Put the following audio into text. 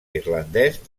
irlandès